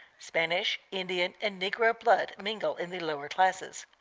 spanish, indian, and negro blood mingle in the lower classes.